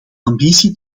ambitie